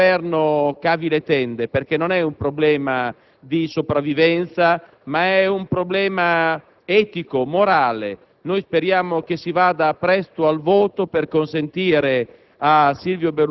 che questo Governo levi le tende, perché non siamo di fronte ad un problema di sopravvivenza ma ad un problema etico, morale. Noi speriamo che si vada presto al voto per consentire